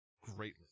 greatly